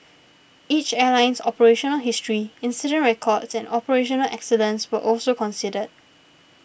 each airline's operational history incident records and operational excellence were also considered